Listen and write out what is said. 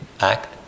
act